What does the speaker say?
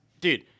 Dude